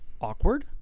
awkward